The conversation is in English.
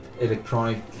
electronic